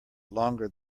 longer